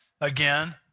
again